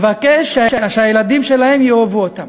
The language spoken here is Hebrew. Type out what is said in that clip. לבקש שהילדים שלהם יאהבו אותם.